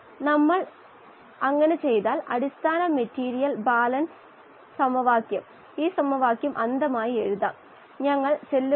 അതിനാൽ നിലവിലുള്ള അളവുകളെ അടിസ്ഥാനമാക്കി യഥാർത്ഥ അളവുകളല്ല ഇവ എന്നാൽ ഇവ ആശയപരമായ അളവുകളാണ്